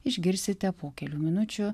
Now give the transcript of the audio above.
išgirsite po kelių minučių